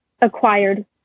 acquired